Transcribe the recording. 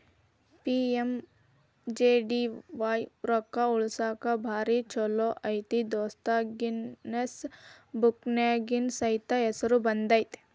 PMJDY ರೊಕ್ಕಾ ಉಳಸಾಕ ಭಾರಿ ಛೋಲೋ ಐತಿ ದೋಸ್ತ ಗಿನ್ನಿಸ್ ಬುಕ್ನ್ಯಾಗ ಸೈತ ಹೆಸರು ಬಂದೈತಿ